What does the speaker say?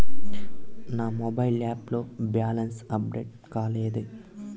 నా mobile app లో balance update కాలేదు